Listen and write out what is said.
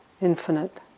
infinite